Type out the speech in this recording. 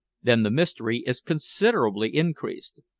then the mystery is considerably increased.